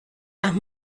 las